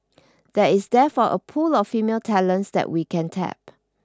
there is therefore a pool of female talent that we can tap